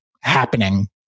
happening